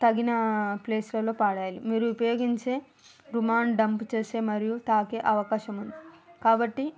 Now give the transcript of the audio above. తగినా ప్లేస్లలో పడేయాలి మీరు ఉపయోగించే రుమాల్ డంప్చేసే మరియు తాకే అవకాశము కాబట్టి